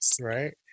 right